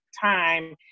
time